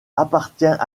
appartient